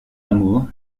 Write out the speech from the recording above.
amour